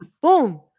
boom